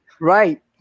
Right